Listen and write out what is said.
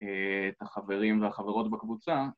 את החברים והחברות בקבוצה